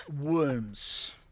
Worms